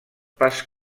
pas